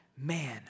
Man